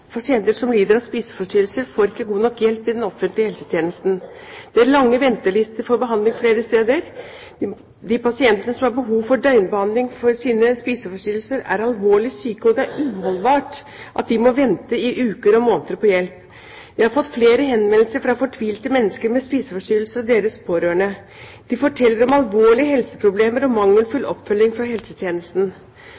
pasienter som lider av spiseforstyrrelser, ikke får god nok hjelp i den offentlige helsetjenesten. Det er lange ventelister for behandling flere steder. De pasientene som har behov for døgnbehandling for sine spiseforstyrrelser, er alvorlig syke, og det er uholdbart at de må vente i uker og måneder på hjelp. Vi har fått flere henvendelser fra fortvilte mennesker med spiseforstyrrelser og deres pårørende. De forteller om alvorlige helseproblemer og mangelfull